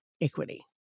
equity